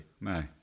No